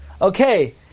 okay